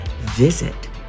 visit